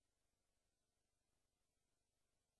נעשה נאומים בני דקה.